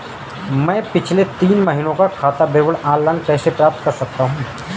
मैं पिछले तीन महीनों का खाता विवरण ऑनलाइन कैसे प्राप्त कर सकता हूं?